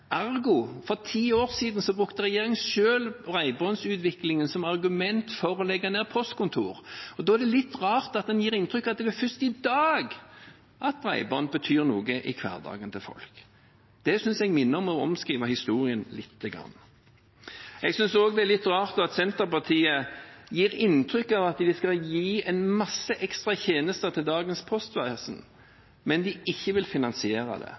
Ergo: For ti år siden brukte regjeringen selv bredbåndsutviklingen som argument for å legge ned postkontor. Da er det litt rart at en gir uttrykk for at det er først i dag at bredbånd betyr noe i hverdagen til folk. Det synes jeg minner om å omskrive historien lite grann. Jeg synes også det er litt rart at Senterpartiet gir inntrykk av at de skal gi mange ekstra tjenester til dagens postvesen, men de vil ikke finansiere det.